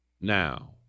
Now